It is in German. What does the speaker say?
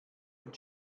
und